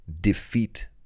defeat